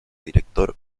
director